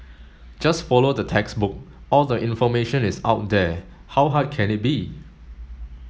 just follow the textbook all the information is out there how hard can it be